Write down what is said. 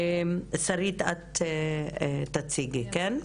שרית את תציגי, כן?